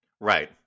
right